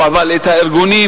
אבל את הארגונים,